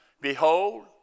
Behold